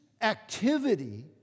activity